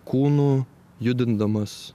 kūnu judindamas